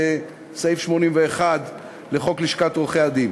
זה סעיף 81 לחוק לשכת עורכי-הדין.